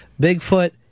Bigfoot